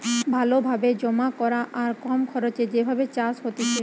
ভালো ভাবে জমা করা আর কম খরচে যে ভাবে চাষ হতিছে